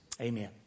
Amen